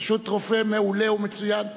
פשוט רופא מעולה ומצוין.